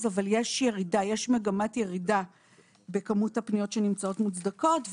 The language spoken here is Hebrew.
אבל יש מגמת ירידה בכמות הפניות שנמצאות מוצדקות,